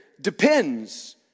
depends